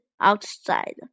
outside